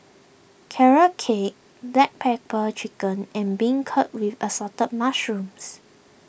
Carrot Cake Black Pepper Chicken and Beancurd with Assorted Mushrooms